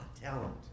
talent